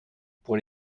pour